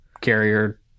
carrier